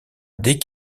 dès